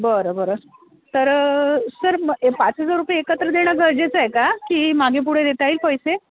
बरं बरं तर सर म ए पाच हजार रुपये एकत्र देणं गरजेचं आहे का की मागेपुढे देता येईल पैसे